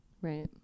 Right